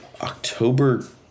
October